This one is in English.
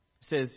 says